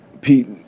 Pete